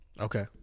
okay